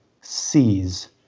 sees